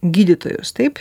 gydytojus taip